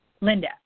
Linda